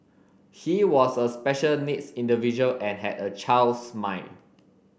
he was a special needs individual and had a child's mind